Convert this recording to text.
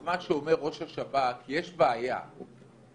אם המגמה תהיה מגמה של בלימה,